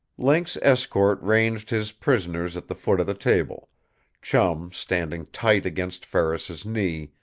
link's escort ranged his prisoners at the foot of the table chum standing tight against ferris's knee,